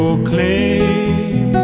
proclaim